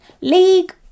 League